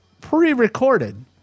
pre-recorded